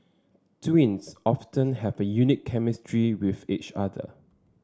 twins often have a unique chemistry with each other